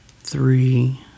three